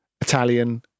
Italian